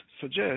suggest